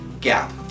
gap